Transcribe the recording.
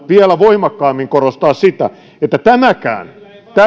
vielä voimakkaammin haluan korostaa sitä että tämäkään